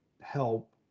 help